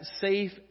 safe